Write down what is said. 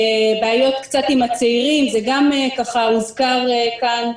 בעיות קצת עם הצעירים זה גם, ככה, הוזכר כאן.